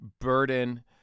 burden